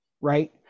right